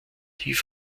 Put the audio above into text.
die